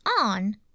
on